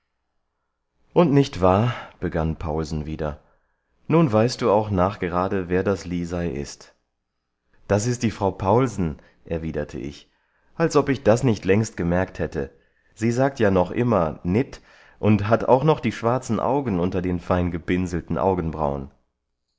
und nicht wahr begann paulsen wieder nun weißt du auch nachgerade wer das lisei ist das ist die frau paulsen erwiderte ich als ob ich das nicht längst gemerkt hätte sie sagt ja noch immer nit und hat auch noch die schwarzen augen unter den feingepinselten augenbrauen